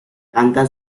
canta